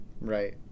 Right